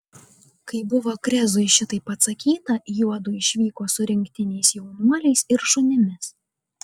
kai buvo krezui šitaip atsakyta juodu išvyko su rinktiniais jaunuoliais ir šunimis